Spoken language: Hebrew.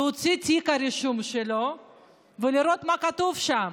להוציא את תיק הרישום שלו ולראות מה כתוב שם.